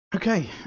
Okay